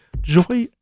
joy